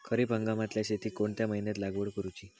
खरीप हंगामातल्या शेतीक कोणत्या महिन्यात लागवड करूची?